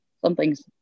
something's